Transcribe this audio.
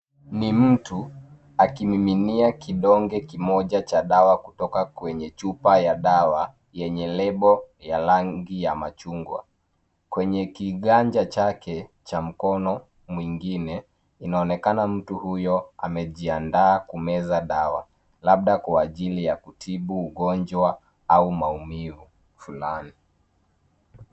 Ni mtu akimiminia kidonge kimoja cha dawa kutoka kwenye chupa ya dawa yenye lebo ya rangi ya machungwa. Kwenye kiganja chake cha mkono mwingine, inaonekana mtu huyo amejiandaa kumeza dawa, labda kwa ajili ya kutibu ugonjwa au maumivu fulani.